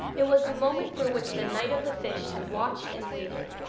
it was the moment for which the knight of the fish had watched and waited,